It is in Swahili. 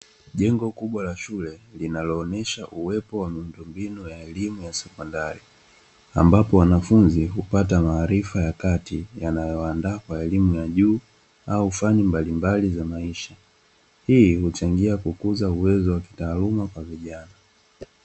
Jengo kubwa la shule linaonesha uwepo wa miundombinu ya elimu ya sekondari. Ambapo wanafunzi hupata maarifa ya kati, huwaandaa kwa elimu ya juu au fani mbalimbali za maisha. Hii huchangia kukuza uwezo wa kitaaluma kwa vijana.